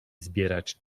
zbierać